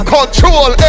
Control